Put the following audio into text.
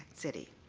city.